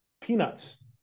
peanuts